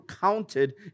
counted